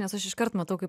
nes aš iškart matau kaip